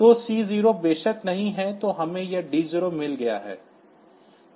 तो C0 बेशक नहीं है तो हमें यह D0 मिल गया है